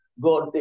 God